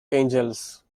angels